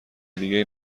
دیگهای